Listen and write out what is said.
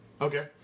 Okay